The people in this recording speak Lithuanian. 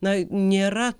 na nėra